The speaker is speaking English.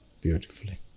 beautifully